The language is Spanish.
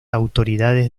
autoridades